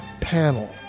panel